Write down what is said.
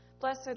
Blessed